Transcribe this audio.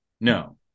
No